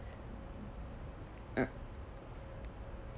mm